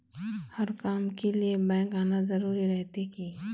हर काम के लिए बैंक आना जरूरी रहते की?